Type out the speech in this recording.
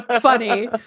funny